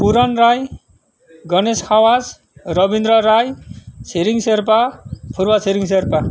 Puran Rai Ganesh Khawas Ravindra Rai Chhiring Sherpa Phurba Chhiring Sherpa